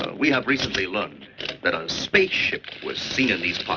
we have recently learned that a space ship was seen in these parts.